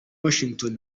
washington